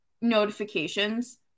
notifications